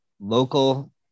local